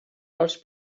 als